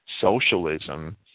Socialism